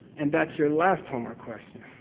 and that's your last homework question.